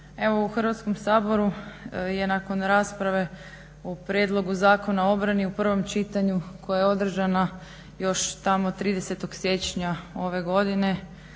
Evo u Hrvatskom saboru je nakon rasprave o prijedlogu zakona o obrani u prvom čitanju koja je održana još tamo 30.siječnja ove godine